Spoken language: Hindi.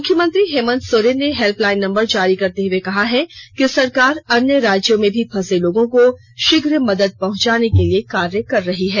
मुख्यमंत्री हेमंत सोरेन ने हेल्पलाइन नंबर जारी करते हए कहा है कि सरकार अन्य राज्यों में भी फंसे र्लागों को शीघ्र मदद पहुंचाने के लिए कार्य कर रही है